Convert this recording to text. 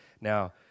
Now